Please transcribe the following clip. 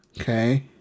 Okay